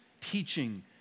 teaching